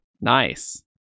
Nice